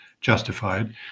justified